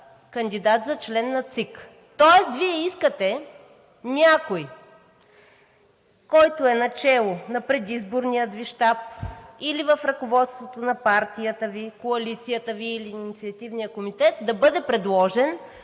кандидат за член на ЦИК. Тоест Вие искате някой, който е начело на предизборния Ви щаб или в ръководството на партията Ви, коалицията Ви или инициативния комитет, да бъде предложен